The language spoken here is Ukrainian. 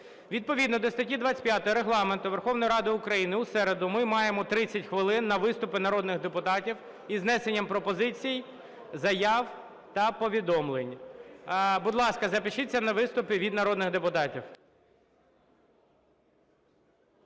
Відповідно до статті 25 Регламенту Верховної Ради України у середу ми маємо 30 хвилин на виступи народних депутатів із внесенням пропозицій, заяв та повідомлень. Будь ласка, запишіться на виступи від народних депутатів.